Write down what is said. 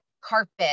carpet